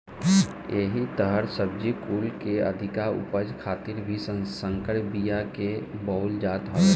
एही तहर सब्जी कुल के अधिका उपज खातिर भी संकर बिया के बोअल जात हवे